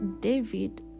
david